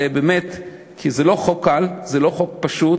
זה לא חוק קל, זה לא חוק פשוט.